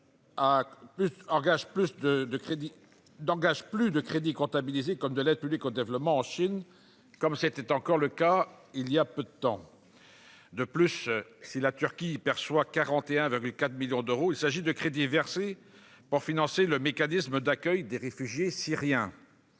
la France n'engage plus de crédits comptabilisés comme de l'aide publique au développement en Chine, comme c'était encore le cas naguère. De plus, si la Turquie perçoit 41,4 millions d'euros, il s'agit de crédits versés pour financer le mécanisme d'accueil des réfugiés syriens.